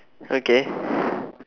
okay